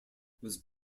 was